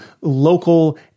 local